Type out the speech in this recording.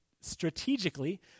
strategically